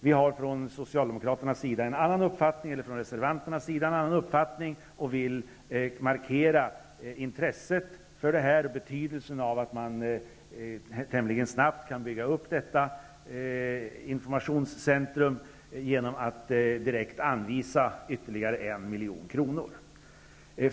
Vi har från reservanternas sida en annan uppfattning och vill markera intresset för detta och betydelsen av att man tämligen snabbt kan bygga upp detta informationscentrum, genom att direkt anvisa ytterligare 1 milj.kr.